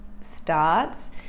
starts